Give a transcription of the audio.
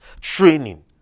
training